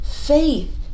faith